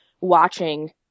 watching